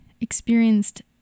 experienced